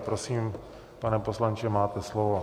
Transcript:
Prosím, pane poslanče, máte slovo.